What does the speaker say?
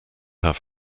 have